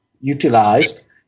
utilized